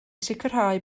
sicrhau